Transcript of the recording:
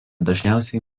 dažniausiai